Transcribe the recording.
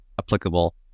applicable